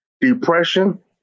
depression